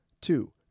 Two